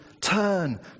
Turn